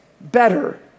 better